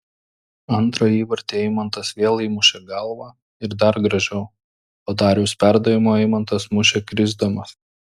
antrą įvartį eimantas vėl įmušė galva ir dar gražiau po dariaus perdavimo eimantas mušė krisdamas